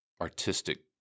artistic